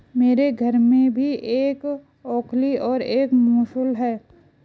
मेरे घर में भी एक ओखली और एक मूसल है